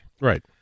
Right